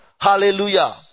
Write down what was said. Hallelujah